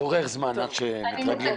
לוקח זמן עד שמתרגלים לזה.